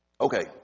Okay